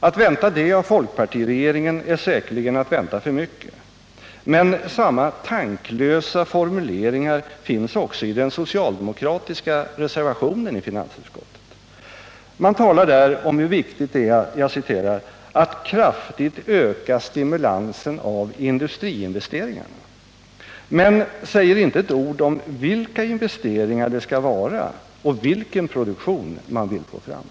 Att vänta det av folkpartiregeringen är säkerligen att vänta för mycket, men samma tanklösa formuleringar finns också i den socialdemokratiska reservationen 1 till finansutskottets betänkande. Man talar där om hur viktigt det är ”att kraftigt öka stimulansen av industriinvesteringarna”, men man säger inte ett ord om vilka investeringar det skall vara och vilken produktion man vill få fram.